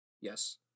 Yes